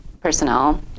personnel